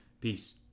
Peace